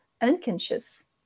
unconscious